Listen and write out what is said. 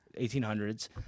1800s